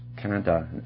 Canada